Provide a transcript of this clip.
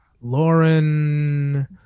Lauren